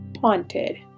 haunted